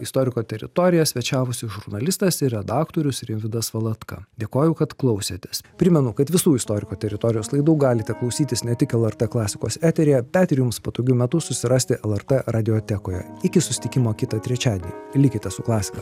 istoriko teritorija svečiavosi žurnalistas ir redaktorius rimvydas valatka dėkoju kad klausėtės primenu kad visų istoriko teritorijos laidų galite klausytis ne tik lrt klasikos eteryje bet ir jums patogiu metu susirasti lrt radiotekoje iki susitikimo kitą trečiadienį likite su klasika